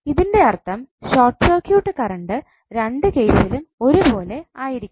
ഇതിൻറെ അർത്ഥം short circuit current രണ്ട് കേസിലും ഒരുപോലെ ആയിരിക്കണം